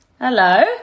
Hello